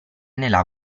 nella